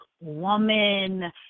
woman